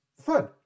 fun